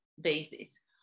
basis